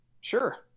sure